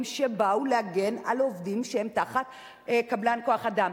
שבאו להגן על עובדים שהם תחת קבלן כוח-אדם.